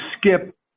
skip